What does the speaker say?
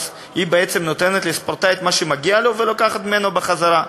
היא בעצם נותנת לספורטאי את מה שמגיע לו ולוקחת ממנו בחזרה.